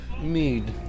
mead